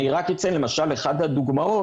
רק אציין למשל, אחת הדוגמאות